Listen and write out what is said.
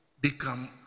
become